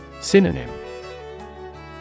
Synonym